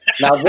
Now